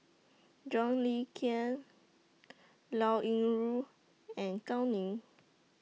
John Le Cain Liao Yingru and Gao Ning